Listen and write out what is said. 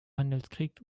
handelskrieg